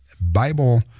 Bible